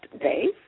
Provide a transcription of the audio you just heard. days